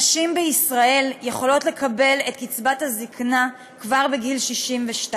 נשים בישראל יכולות לקבל את קצבת הזקנה כבר בגיל 62,